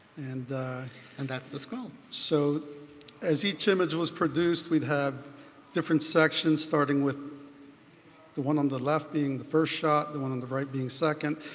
and and that's the scroll so as each image was produced, we'd have different sections starting with the one on the left being the first shot, the one on the right being second,